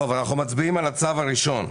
הצבעה על הצו הראשון.